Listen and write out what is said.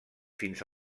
fins